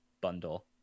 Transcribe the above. bundle